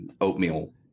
oatmeal